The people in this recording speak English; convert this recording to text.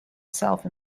self